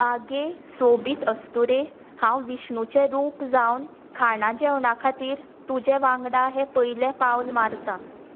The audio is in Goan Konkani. आगे सोबीत अस्तुरे हांव विष्णुचें रूप जावन खाणा जेवणा खातीर तुजें वांगडा हें पयलें पावल मारतां